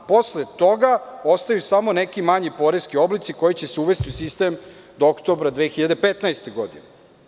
Posle toga ostaju samo neki manji poreski oblici koji će se uvesti u sistem do oktobra 2015. godine.